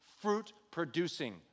fruit-producing